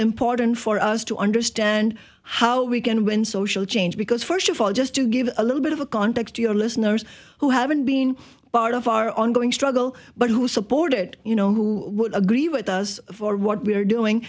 important for us to understand how we can win social change because first of all just to give a little bit of a context to your listeners who haven't been part of our ongoing struggle but who supported you know who would agree with us for what we are doing